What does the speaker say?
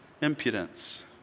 impudence